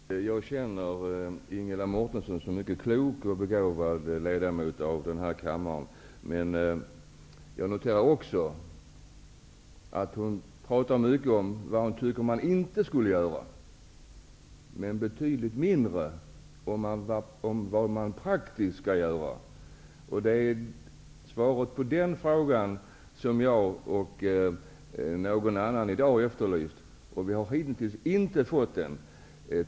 Herr talman! Jag känner Ingela Mårtensson som en mycket klok och begåvad ledamot av denna kammare. Men jag noterar att hon pratar mycket om vad hon tycker att man inte skall göra, men betydligt mindre om vad man praktiskt skall göra. Det senare är vad jag och andra i dag har efterlyst. Vi har hitintills inte fått svar.